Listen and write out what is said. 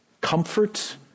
comfort